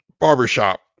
Barbershop